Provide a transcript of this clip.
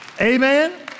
Amen